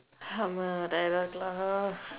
அம்மா:ammaa tireda இருக்கு:irukku lah